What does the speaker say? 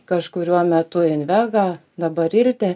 kažkuriuo metu invega dabar ilte